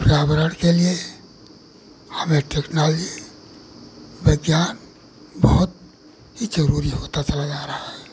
पर्यावरण के लिए हमें टेक्नोलॉजी विज्ञान बहुत ही ज़रूरी होता चला जा रहा है